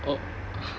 oh